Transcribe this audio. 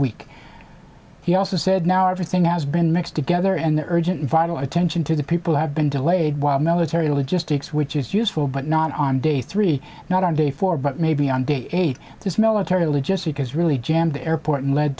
week he also said now everything has been mixed together and the urgent vital attention to the people have been delayed while the military logistics which is useful but not on day three not on day four but maybe on day eight this military logistic has really